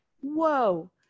whoa